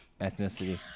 ethnicity